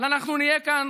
אבל אנחנו נהיה כאן